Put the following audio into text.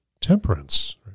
temperance